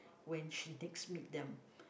when she takes meet them